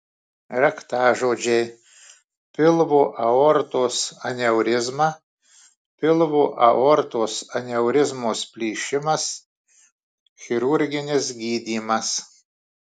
raktažodžiai pilvo aortos aneurizma pilvo aortos aneurizmos plyšimas chirurginis gydymas